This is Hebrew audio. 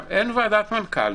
אין ועדת מנכ"לים.